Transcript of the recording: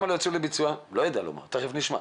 אני לא יודע לומר, תכף נשמע.